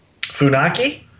Funaki